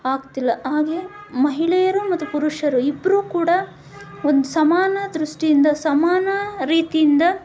ಆಗ್ತಿಲ್ಲ ಹಾಗೇ ಮಹಿಳೆಯರು ಮತ್ತು ಪುರುಷರು ಇಬ್ಬರೂ ಕೂಡ ಒಂದು ಸಮಾನ ದೃಷ್ಟಿಯಿಂದ ಸಮಾನ ರೀತಿಯಿಂದ